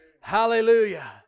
Hallelujah